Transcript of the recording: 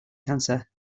cancer